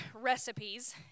recipes